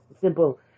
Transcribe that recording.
simple